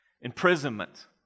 imprisonment